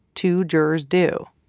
two jurors do.